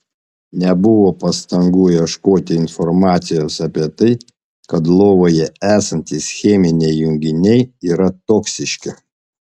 nebuvo pastangų ieškoti informacijos apie tai kad lovoje esantys cheminiai junginiai yra toksiški